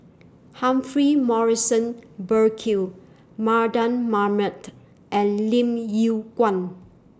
Humphrey Morrison Burkill Mardan Mamat and Lim Yew Kuan